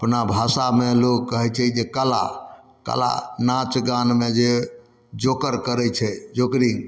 अपना भाषामे लोक कहै छै जे कला कला नाचगानमे जे जोकर करै छै जोकरिन्ग